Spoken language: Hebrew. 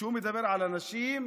כשהוא מדבר על הנשים,